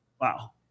wow